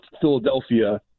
Philadelphia